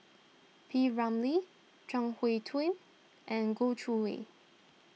P Ramlee Chuang Hui Tsuan and Goh Chiew Lye